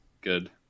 good